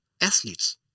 athletes